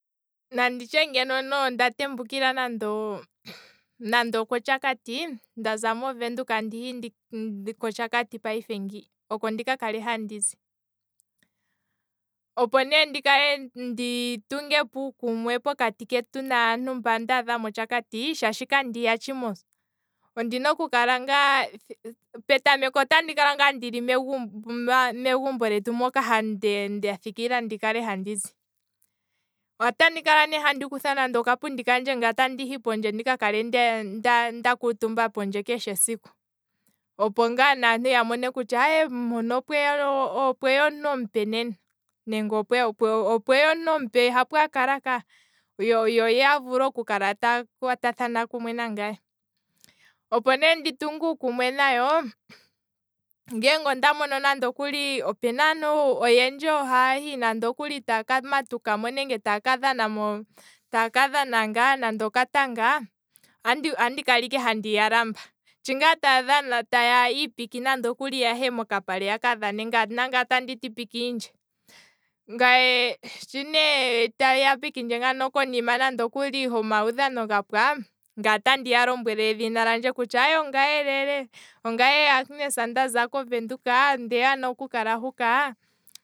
Nanditye ne nande okuli onda tembukila koshakati, ndaza movenduka andihi ko- koshakati payife ngi, oko ndika kale handizi, opo ne ndi tungepo uukumwe pokati kaantu mba ndaadha moshakati shaashi kandi yatshi mos, petameko otandi kala ngaa ndili megumbo letu moka nda- nda thikila ndikale handizi, otandi kutha ne nande okapundi kandje ndi- ndi- ndika kale handi kala nda kuutumba pondje, opo ngaa naantu ya mone kutya nena opweya omuntu omupe nena, nenge opweya omuntu omupe hapo akala, yo yavule oku kala taya kwatathana nangaye, opo ne ndi tunge uukumwe nayo, andi tala ngele opena aantu oyendji haahi nande okuli taya kamatukamo nenge taya kadhana mo, taya kadhana ngaa nande okatanga, andi kala ike handi ya lamba, sho ngaa taya ipiki yahe mokapale nangaye oteti pikiindje, ngaye ne sho taya pikindje ngano konima ho maudhano gapwa, ngaye otandi ya lombwele edhina lyandje onagaye lelele, onagye agnes ndaza kovenduka, ondeya ne oku kala huka